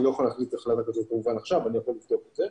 אני לא יכול להחליט עכשיו אלא אני יכול לבדוק את זה.